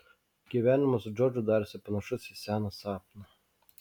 gyvenimas su džordžu darėsi panašus į seną sapną